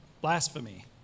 blasphemy